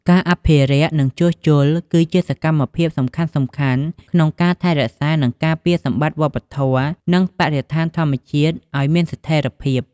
ការអភិរក្ស និងជួសជុល គឺជាសកម្មភាពសំខាន់ៗក្នុងការថែរក្សា និងការពារសម្បត្តិវប្បធម៌ និងបរិស្ថានធម្មជាតិឱ្យមានស្ថេរភាព។